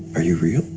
are you real?